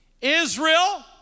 Israel